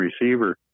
Receiver